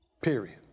Period